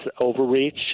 overreach